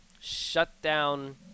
shutdown